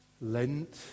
lent